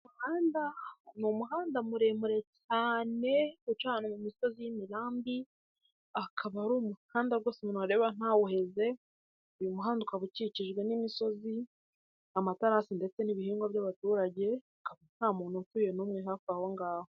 Ni umuhanda muremure cyane ucana mu imisozi y'imirambi, akaba ari umuhanda umuntu areba ntawuheze, uyu muhanda ukaba ukikijwe n'imisozi, amaterasi ndetse n'ibihingwa by'abaturage, hakaba nta muntu n'umwe utuye hafi aho ngaho.